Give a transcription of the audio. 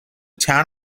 town